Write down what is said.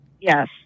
Yes